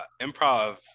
improv